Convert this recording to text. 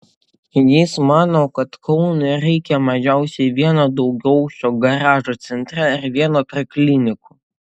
jis mano kad kaunui reikia mažiausiai vieno daugiaaukščio garažo centre ir vieno prie klinikų